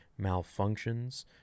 malfunctions